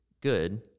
good